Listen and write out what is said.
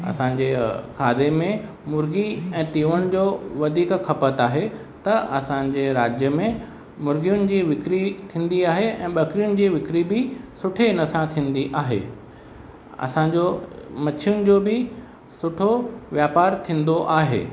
असांजे खाधे में मुर्गी ऐं तीवण जो वधीक खपति आहे त असांजे राज्य में मुर्गियुनि जी बिकरी थींदी आहे ऐं बकरियुनि जी बिकरी बि सुठे हिन सां थींदी आहे असांजो मछियुनि जो बि सुठो व्यापार थींदो आहे